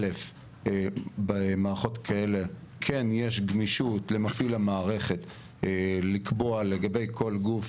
א' במערכות כאלה כן יש גמישות למפעיל המערכת לקבוע לגבי כל גוף,